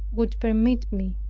would permit me.